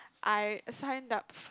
I assigned up